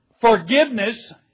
forgiveness